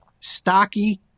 stocky